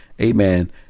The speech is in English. Amen